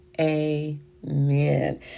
Amen